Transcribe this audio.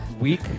week